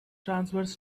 transverse